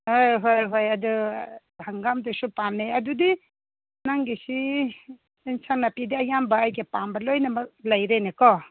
ꯍꯣꯏ ꯍꯣꯏ ꯍꯣꯏ ꯑꯗꯨ ꯍꯪꯒꯥꯝꯗꯨꯁꯨ ꯄꯥꯃꯃꯦ ꯑꯗꯨꯗꯤ ꯅꯪꯒꯤꯁꯤ ꯑꯦꯟꯁꯥꯡ ꯅꯥꯄꯤꯗꯤ ꯑꯌꯥꯝꯕ ꯑꯩꯒ ꯄꯥꯝꯕ ꯂꯣꯏꯅꯃꯛ ꯂꯩꯔꯦꯅꯦꯀꯣ